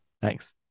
Thanks